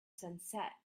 sunset